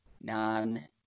non